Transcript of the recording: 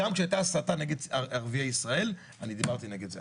גם כשהייתה הסתה נגד ערביי ישראל אני דיברתי נגד זה.